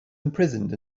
imprisoned